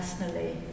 personally